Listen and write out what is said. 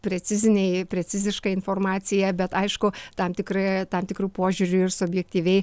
preciziniai preciziška informacija bet aišku tam tikra tam tikru požiūriu ir subjektyviai